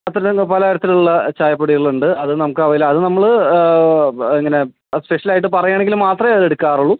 അത്തരത്തിലുള്ള പല തരത്തിലുള്ള ചായപ്പൊടികളുണ്ട് അത് നമുക്ക് അവൈല അത് നമ്മൾ പ ഇങ്ങനെ സ്പെഷ്യലായിട്ട് പറയുകയാണെങ്കിൽ മാത്രമേ അത് എടുക്കാറുള്ളൂ